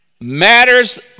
matters